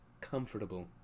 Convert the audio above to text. comfortable